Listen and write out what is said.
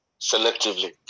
selectively